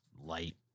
light